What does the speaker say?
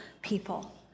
people